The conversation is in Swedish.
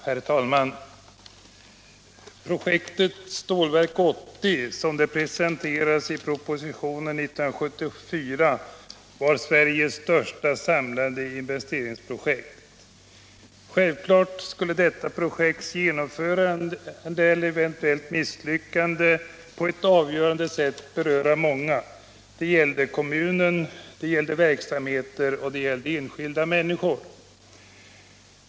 Herr talman! Projektet Stålverk 80, som det presenterades i propositionen år 1974, var Sveriges största samlade investeringsprojekt. Självklart skulle detta projekts genomförande eller eventuella misslyckande beröra många på ett avgörande sätt. Det gällde kommuner, verksamheter och enskilda människor.